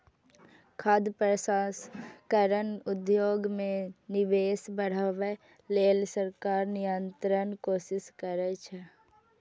खाद्य प्रसंस्करण उद्योग मे निवेश बढ़ाबै लेल सरकार निरंतर कोशिश करै छै